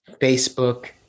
Facebook